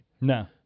No